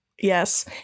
Yes